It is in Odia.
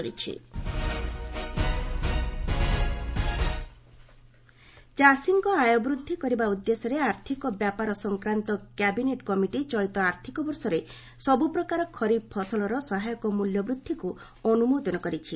କ୍ୟାବିନେଟ ଫାର୍ମର ଚାଷୀଙ୍କ ଆୟ ବୃଦ୍ଧି କରିବା ଉଦ୍ଦେଶ୍ୟରେ ଆର୍ଥିକ ବ୍ୟାପାର ସଂକ୍ରାନ୍ତ କ୍ୟାବିନେଟ କମିଟି ଚଳିତ ଆର୍ଥକ ବର୍ଷରେ ସବୁପ୍ରକାର ଖରିଫ ଫସଲର ସହାୟକ ମୂଲ୍ୟ ବୃଦ୍ଧିକୁ ଅନୁମୋଦନ କରିଛି